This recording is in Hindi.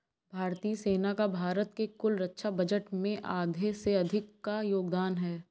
भारतीय सेना का भारत के कुल रक्षा बजट में आधे से अधिक का योगदान है